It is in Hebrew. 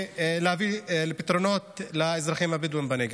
ולהביא לפתרונות לאזרחים הבדואים בנגב.